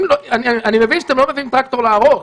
אני מבין שאתם לא מביאים טרקטור להרוס,